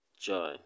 joy